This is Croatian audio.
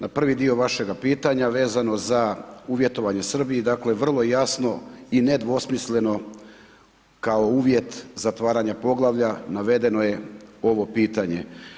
Na prvi dio vašega pitanja, vezano za uvjetovanje Srbiji, dakle, vrlo je jasno i nedvosmisleno, kao uvjet zatvaranje poglavlja, navedeno je ovo pitanje.